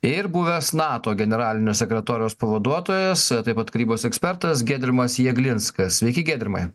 ir buvęs nato generalinio sekretoriaus pavaduotojas taip pat karybos ekspertas giedrimas jeglinskas sveiki giedrimai